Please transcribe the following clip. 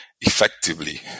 effectively